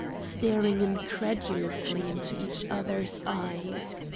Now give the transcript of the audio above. staring incredulously into each other's eyes.